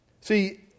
See